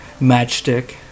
Matchstick